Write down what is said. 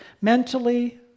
mentally